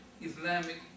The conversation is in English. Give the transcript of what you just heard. Islamic